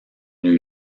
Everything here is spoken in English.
new